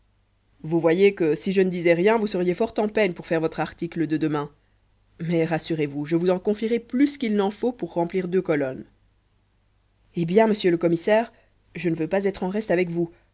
vous voyez que si je ne disais rien vous seriez fort en peine pour faire votre article de demain mais rassurez-vous je vous en confierai plus qu'il n'en faut pour remplir deux colonnes eh bien monsieur le commissaire je ne veux pas être en reste avec vous